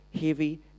heavy